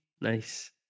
nice